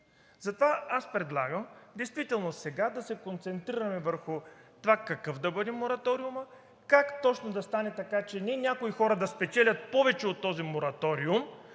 Предлагам сега действително да се концентрираме върху това какъв да бъде мораториумът, как точно да стане така, че не някои хора да спечелят повече от този мораториум,